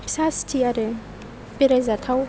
फिसा सिटि आरो बेरायजाथाव